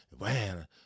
man